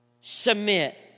submit